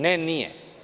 Ne, nije.